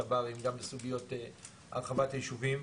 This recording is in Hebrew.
תב"רים וגם בסוגיות הרחבת הישובים.